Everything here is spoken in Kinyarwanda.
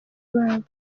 babo